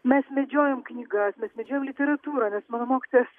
mes medžiojom knygas mes medžiojom literatūrą nes mano mokytojas